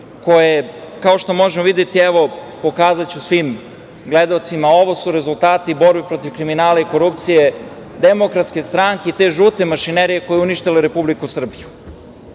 je, kao što možemo videti, evo pokazaću svim gledaocima, ovo su rezultati borbe protiv kriminala i korupcije DS, te žute mašinerije koja je uništila Republiku Srbiju.